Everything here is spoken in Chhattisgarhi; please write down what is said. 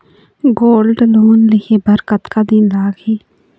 गोल्ड लोन लेहे बर कतका दिन लगही?